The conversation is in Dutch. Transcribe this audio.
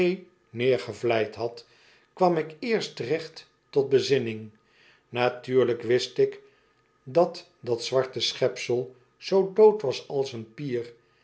neergevlijd had kwam ik eerst recht tot bezinning natuurlijk wist ik dat dat zwarte schepsel zoo dood was als een pier